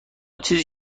چیزی